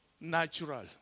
natural